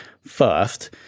first